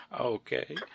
Okay